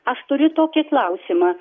aš turiu tokį klausimą